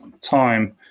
time